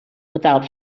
without